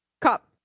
cup